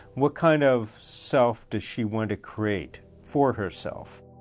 what kind of self does she want to create for herself?